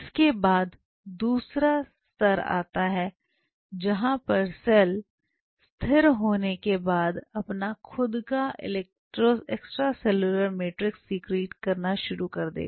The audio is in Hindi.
इसके बाद दूसरा सर आता है जहां पर सेल स्थिर होने के बाद अपना खुद का एक्सट्रेसेल्यूलर मैट्रिक्स सीक्रेट करना शुरू कर देगा